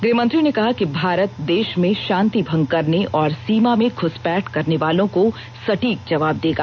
गृहमंत्री ने कहा कि भारत देश में शांति भंग करने और सीमा में घुसपैठ करने वालों को सटीक जवाब देगा